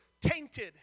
tainted